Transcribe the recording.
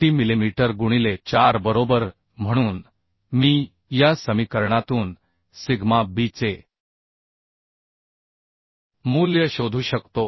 t millimetre गुणिले 4 बरोबर म्हणून मी या समीकरणातून सिग्मा b चे मूल्य शोधू शकतो